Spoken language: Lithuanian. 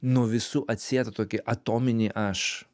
nuo visų atsietą tokį atominį aš